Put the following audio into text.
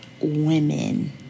women